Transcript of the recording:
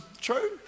True